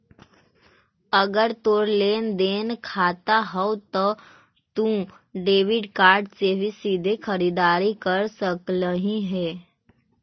अगर तोर लेन देन खाता हउ त तू डेबिट कार्ड से भी सीधे खरीददारी कर सकलहिं हे